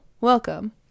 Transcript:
Welcome